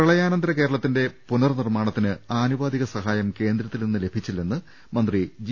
പ്രളയാനന്തര കേരളത്തിന്റെ പുനർനിർമ്മാണത്തിന് ആനുപാതിക സഹായം കേന്ദ്രത്തിൽ നിന്ന് ലഭിച്ചിട്ടില്ലെന്ന് മന്ത്രി ജി